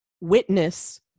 witness